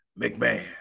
McMahon